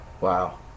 Wow